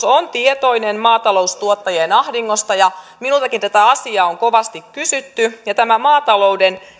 on tietoinen maataloustuottajien ahdingosta ja minultakin tätä asiaa on kovasti kysytty tämä maatalouden